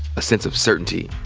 a sense of certainty.